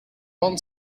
one